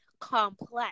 complex